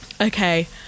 okay